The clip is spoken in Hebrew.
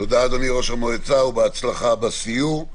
תודה אדוני ראש המועצה ובהצלחה בסיור.